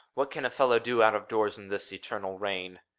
what can a fellow do out of doors in this eternal rain?